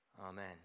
Amen